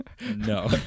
no